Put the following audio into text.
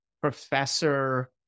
professor